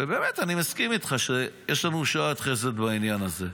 ובאמת אני מסכים איתך שיש לנו שעת חסד בעניין הזה.